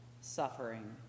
suffering